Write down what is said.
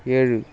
ஏழு